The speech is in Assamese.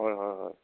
হয় হয় হয়